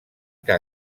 que